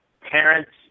parents